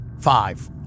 Five